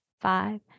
five